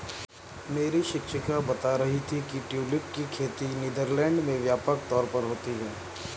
मेरी शिक्षिका बता रही थी कि ट्यूलिप की खेती नीदरलैंड में व्यापक तौर पर होती है